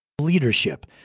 leadership